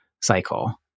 cycle